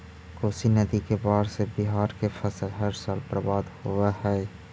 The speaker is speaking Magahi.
कोशी नदी के बाढ़ से बिहार के फसल हर साल बर्बाद होवऽ हइ